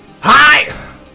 Hi